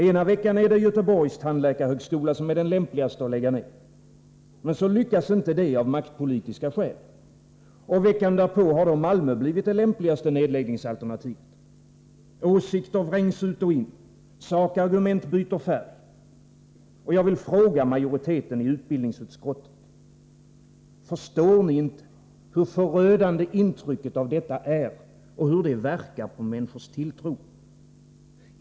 Ena veckan är det Göteborgs tandläkarhögskola som är den lämpligaste att lägga ner. Men så lyckas inte det, av maktpolitiska skäl. Och veckan därpå har då Malmö blivit det lämpligaste nedläggningsalternativet. Åsikter vrängs ut och in. Sakargument byter färg. Jag vill fråga majoriteten i utbildningsutskottet: Förstår ni inte hur förödande intrycket av detta är och hur det verkar på människors tilltro?